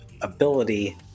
ability